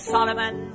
Solomon